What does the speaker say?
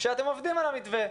שאתם עובדים על המתווה.